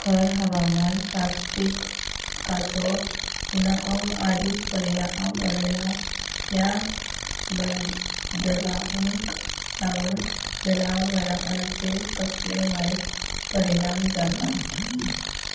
खर हवामान कास्तीक उदकाचो उणाव आदी पर्यावरणातल्या मंद दरांक लागून जनावरांचेर कसले वायट परिणाम जातात